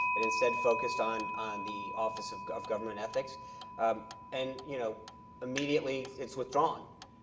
and instead focused on on the office of of government ethics and you know immediately it's withdrawn.